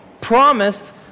promised